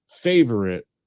favorite